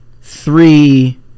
three